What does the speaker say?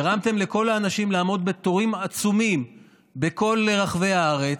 גרמתם לכל האנשים לעמוד בתורים עצומים בכל רחבי הארץ.